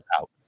out